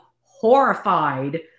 horrified